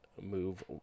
move